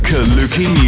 Kaluki